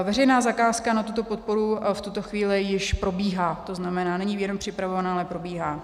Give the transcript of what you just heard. Veřejná zakázka na tuto podporu v tuto chvíli již probíhá, to znamená, není jenom připravovaná, ale probíhá.